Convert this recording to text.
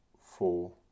four